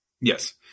Yes